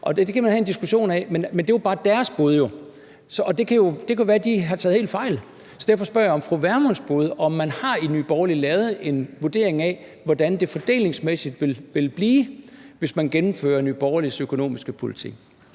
Det kan man have en diskussion af, men det er jo bare deres bud. Og det kan være, at de har taget helt fejl, og derfor spørger jeg om fru Pernille Vermunds bud, altså om man i Nye Borgerlige har lavet en vurdering af, hvordan det fordelingsmæssigt ville blive, hvis man gennemførte Nye Borgerliges økonomiske politik.